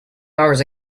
hours